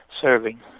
serving